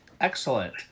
excellent